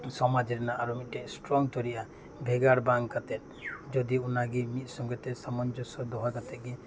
ᱥᱚᱢᱟᱡᱽ ᱨᱮᱱᱟᱜ ᱟᱨᱚ ᱢᱤᱜᱴᱮᱡ ᱥᱴᱨᱚᱝ ᱛᱚᱭᱨᱤᱜᱼᱟ ᱵᱷᱮᱜᱟᱨ ᱵᱟᱝ ᱠᱟᱛᱮᱜ ᱡᱩᱫᱤ ᱚᱱᱟᱜᱮ ᱢᱤᱜ ᱥᱚᱸᱜᱮᱛᱮ ᱥᱟᱢᱚᱧᱡᱚᱥᱥᱚ ᱫᱚᱦᱚ ᱠᱟᱛᱮ ᱜᱮ